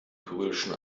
kyrillischen